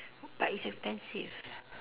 but it's expensive